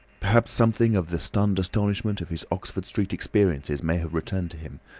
perhaps something of the stunned astonishment of his oxford street experiences may have returned to him,